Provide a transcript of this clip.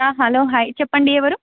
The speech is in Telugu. హలో హాయ్ చెప్పండి ఎవరు